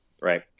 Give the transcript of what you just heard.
right